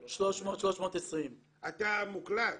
320. אתה מוקלט.